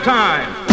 time